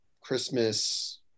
christmas